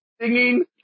Singing